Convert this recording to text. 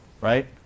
right